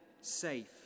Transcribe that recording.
safe